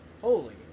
Holy